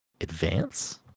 Advance